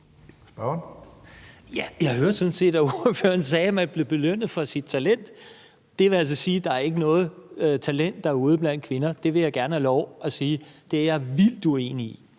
Jeg hørte sådan set, at ordføreren sagde, at man bliver belønnet for sit talent. Det vil altså sige, at der ikke er noget talent derude blandt kvinder – det vil jeg gerne have lov til at sige at jeg er vildt uenig i.